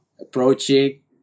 approaching